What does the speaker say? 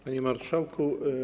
Panie Marszałku!